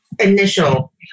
initial